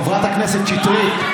חברת הכנסת שטרית.